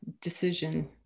decision